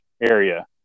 area